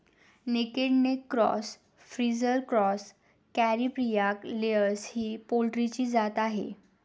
naked neck cross, frizzle cross, Caripriya layers ही पोल्ट्रीची जात आहे